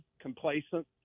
complacent